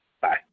Bye